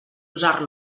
usar